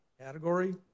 category